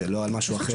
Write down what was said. ולא על משהו אחר.